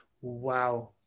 wow